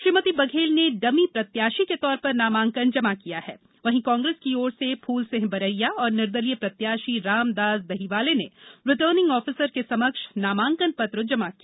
श्रीमती बघेल ने डमी प्रत्याशी के तौर पर नामांकन जमा किया है वहीं कांग्रेस की ओर से फूल सिंह बरैया और निर्दलीय प्रत्याशी रामदास दहीवाले ने रिटर्निंग आफीसर के समक्ष नामांकन पत्र जैमा किया